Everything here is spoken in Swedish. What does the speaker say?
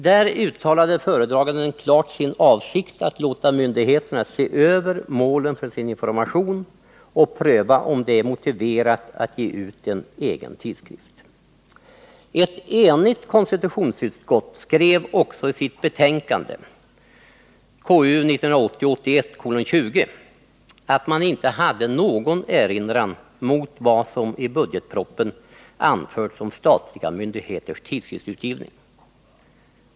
Där uttalade föredraganden helt klart sin avsikt att låta myndigheterna se över målen för sin information och pröva om det är motiverat att ge ut en egen tidskrift. Ett enigt konstitutionsutskott skrev också i sitt betänkande, KU 1980/ 81:20, att man inte hade någon erinran mot vad som i budgetpropositionen anförts om statliga myndigheters tidskriftsutgivning.